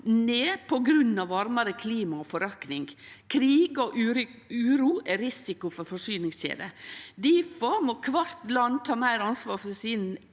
år på grunn av varmare klima og forørkning. Krig og uro er ein risiko for forsy ningskjeder. Difor må kvart land ta meir ansvar for sin